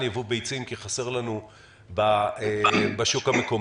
ייבוא ביצים כי חסר לנו בשוק המקומי.